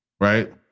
Right